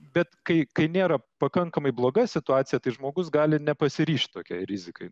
bet kai kai nėra pakankamai bloga situacija tai žmogus gali nepasiryžt tokiai rizikai